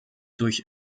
durch